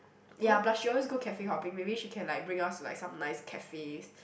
ya plus she always go cafe hoping maybe she can like bring us to like some nice cafes